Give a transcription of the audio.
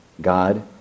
God